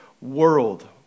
world